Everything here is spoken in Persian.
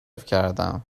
کردم